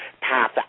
path